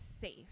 safe